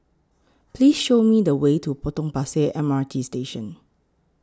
Please Show Me The Way to Potong Pasir M R T Station